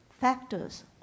factors